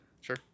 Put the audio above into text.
Sure